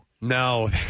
No